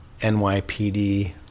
NYPD